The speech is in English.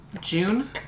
June